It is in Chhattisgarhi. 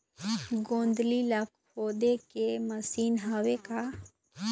गोंदली ला खोदे के मशीन हावे का?